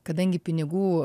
kadangi pinigų